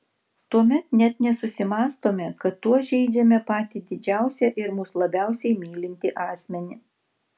tuomet net nesusimąstome kad tuo žeidžiame patį didžiausią ir mus labiausiai mylintį asmenį